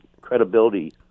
credibility